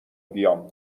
بیام